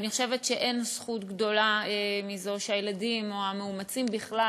ואני חושבת שאין זכות גדולה מזו שהילדים או המאומצים בכלל